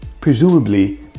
presumably